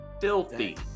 Filthy